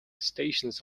stations